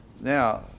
Now